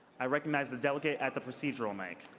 i recognize the delegate at the procedural mic.